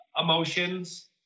emotions